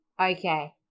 Okay